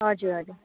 हजुर हजुर